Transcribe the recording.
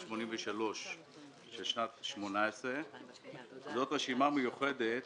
13-283-18. זאת רשימה מיוחדת